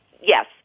yes